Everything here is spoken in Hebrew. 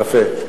יפה.